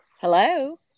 Hello